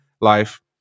life